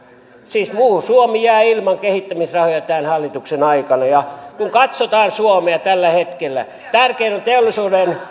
siis muu suomi jää ilman kehittämisrahoja tämän hallituksen aikana kun katsotaan suomea tällä hetkellä tärkein on teollisuuden